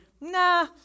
nah